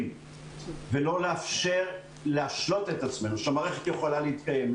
אבל גם לא לאפשר להשלות את עצמנו שהמערכת יכולה להתקיים.